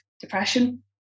depression